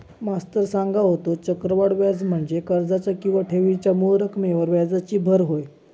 मास्तर सांगा होतो, चक्रवाढ व्याज म्हणजे कर्जाच्या किंवा ठेवीच्या मूळ रकमेवर व्याजाची भर होय